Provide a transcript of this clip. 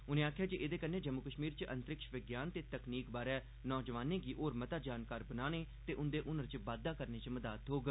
उने आक्खेआ जे एहदे कन्नै जम्मू कश्मीर च अंतरिक्ष विज्ञान ते तकनीक बारे नौजुआनें गी होर मता जानकार बनाने ते उंदे हुनर च बाद्दा करने च मदद होग